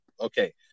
Okay